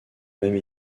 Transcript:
même